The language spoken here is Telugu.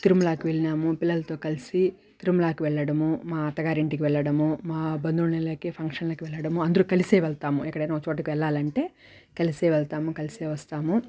తిరుమలాకి వెళ్ళినాము పిల్లలతో కలిసి తిరుమలాకి వెళ్ళడము మా అత్తగారింటికి వెళ్ళడము మా బంధువుల ఇండ్లకి ఫంక్షన్లకి వెళ్ళడము అందరు కలిసే వెళ్తాము ఎక్కడైనా ఒక చోటకి వెళ్లాలంటే కలిసే వెళ్తాము కలిసే వస్తాము